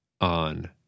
on